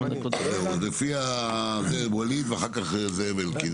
אז נתחיל בואליד ואחר כך זאב אלקין.